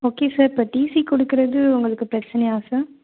okay sir இப்போ TC கொடுக்கறது உங்களுக்கு பிரச்சனையா சார்